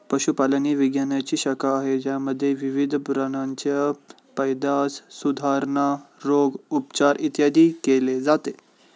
पशुपालन ही विज्ञानाची शाखा आहे ज्यामध्ये विविध प्राण्यांची पैदास, सुधारणा, रोग, उपचार, इत्यादी केले जाते